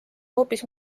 hoopis